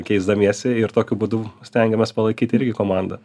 keisdamiesi ir tokiu būdu stengiamės palaikyt irgi komandą